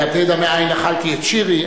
"התדע מאין נחלתי את שירי".